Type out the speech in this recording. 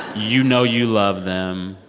you know you love them.